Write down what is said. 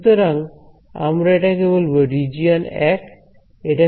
সুতরাং আমরা এটাকে বলবো রিজিয়ন 1